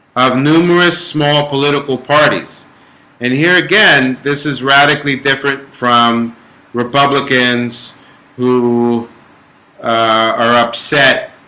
of numerous small political parties and here again. this is radically different from republicans who are upset?